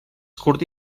curta